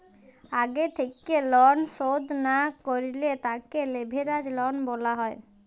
আগে থেক্যে লন শধ না করলে তাকে লেভেরাজ লন বলা হ্যয়